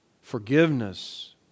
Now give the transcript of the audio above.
forgiveness